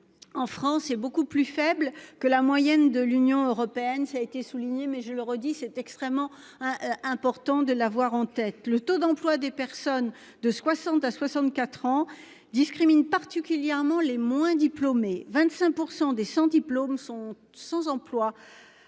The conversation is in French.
En France est beaucoup plus faible que la moyenne de l'Union européenne, ça a été souligné mais je le redis, c'est extrêmement important de l'avoir en tête le taux d'emploi des personnes de 60 à 64 ans discriminent particulièrement les moins diplômés 25% des sans diplômes sont sans emploi.